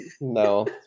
no